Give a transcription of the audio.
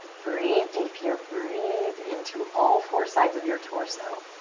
breathe deep here, breathe into all four sides of your torso.